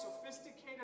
sophisticated